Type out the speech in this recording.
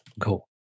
cool